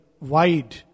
wide